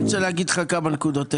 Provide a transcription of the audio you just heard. אני רוצה להגיד לך כמה נקודות.